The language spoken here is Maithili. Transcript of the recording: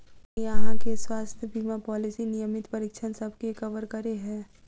की अहाँ केँ स्वास्थ्य बीमा पॉलिसी नियमित परीक्षणसभ केँ कवर करे है?